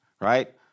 right